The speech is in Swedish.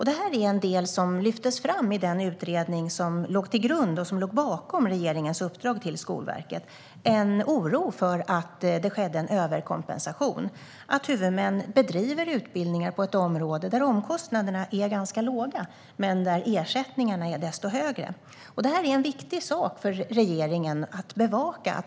Det här lyftes fram i den utredning som låg till grund för och låg bakom regeringens uppdrag till Skolverket: Det fanns en oro för en överkompensation, det vill säga att huvudmän bedriver utbildningar på ett område där omkostnaderna är ganska låga men ersättningarna desto högre. Det här är en viktig sak för regeringen att bevaka.